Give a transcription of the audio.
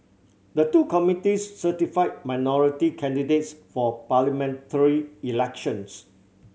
the two committees certify minority candidates for parliamentary elections